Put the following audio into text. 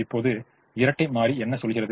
இப்போது இரட்டை மாறி என்ன சொல்கிறது